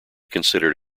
considered